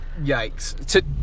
Yikes